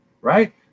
right